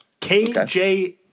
KJ